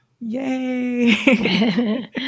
Yay